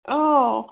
अ